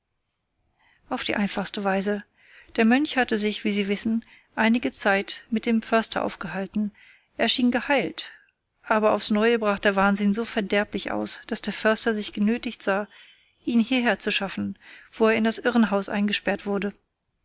auf die einfachste weise der mönch hatte sich wie sie wissen einige zeit bei dem förster aufgehalten er schien geheilt aber aufs neue brach der wahnsinn so verderblich aus daß der förster sich genötigt sah ihn hierher zu schaffen wo er in das irrenhaus eingesperrt wurde